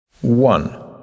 One